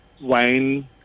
wine